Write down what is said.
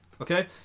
Okay